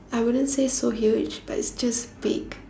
I wouldn't say so huge but it's just big